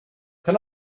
can